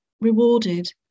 rewarded